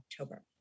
October